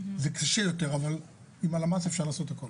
זה קשה יותר אבל עם הלמ"ס אפשר לעשות הכול.